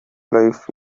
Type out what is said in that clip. life